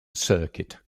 circuit